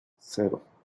cero